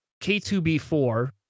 K2B4